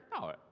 no